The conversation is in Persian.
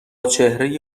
چهره